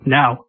now